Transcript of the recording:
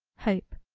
hope,